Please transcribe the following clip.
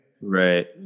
Right